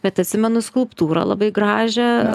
bet atsimenu skulptūrą labai gražią